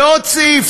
ועוד סעיף,